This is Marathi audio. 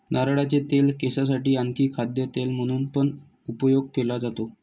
नारळाचे तेल केसांसाठी आणी खाद्य तेल म्हणून पण उपयोग केले जातो